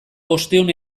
bostehun